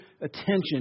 attention